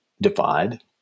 divide